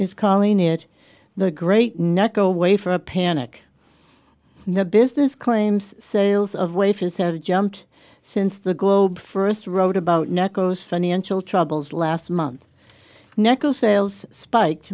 is calling it the great not go away for a panic in the business claims sales of wafers have jumped since the globe first wrote about not goes financial troubles last month necco sales spike